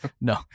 No